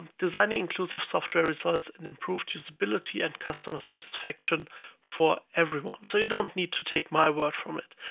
designing inclusive software results in improved usability and customer satisfaction for everyone. so you don't need to take my word from it.